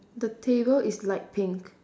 the table is light pink